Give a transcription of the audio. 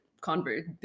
convert